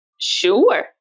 Sure